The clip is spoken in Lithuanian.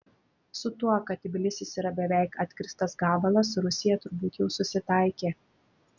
su tuo kad tbilisis yra beveik atkirstas gabalas rusija turbūt jau susitaikė